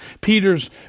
Peter's